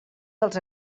dels